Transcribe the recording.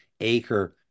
acre